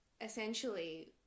essentially